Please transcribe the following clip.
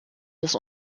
das